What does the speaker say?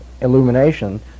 illumination